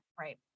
Right